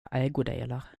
ägodelar